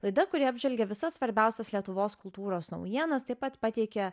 laida kuri apžvelgia visas svarbiausias lietuvos kultūros naujienas taip pat pateikia